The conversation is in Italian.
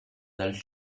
del